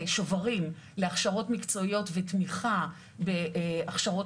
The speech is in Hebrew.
שוברים להכשרות מקצועיות ותמיכה בהכשרות